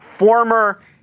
former